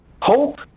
Hope